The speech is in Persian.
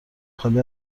خالی